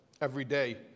everyday